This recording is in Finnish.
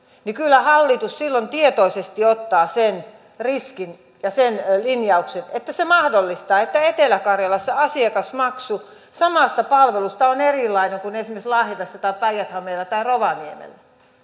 niin kyllä hallitus silloin tietoisesti ottaa sen riskin ja sen linjauksen että se mahdollistaa että etelä karjalassa asiakasmaksu samasta palvelusta on erilainen kuin esimerkiksi päijät hämeessä tai rovaniemellä